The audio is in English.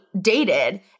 dated